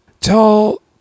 tell